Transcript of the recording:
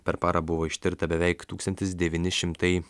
per parą buvo ištirta beveik tūkstantis devyni šimtai